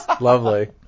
Lovely